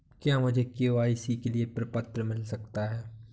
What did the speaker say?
क्या मुझे के.वाई.सी के लिए प्रपत्र मिल सकता है?